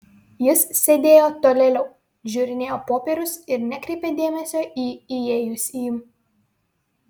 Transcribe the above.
jis sėdėjo tolėliau žiūrinėjo popierius ir nekreipė dėmesio į įėjusįjį